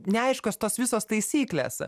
neaiškios tos visos taisyklės